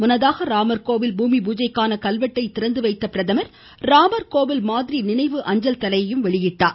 முன்னதாக ராமர் கோவில் பூமிபூஜைக்கான கல்வெட்டையும் திறந்துவைத்த பிரதமர் ராமர் கோவில் மாதிரி நினைவு அஞ்சல் தலையையையும் வெளியிட்டார்